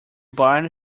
barn